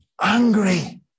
angry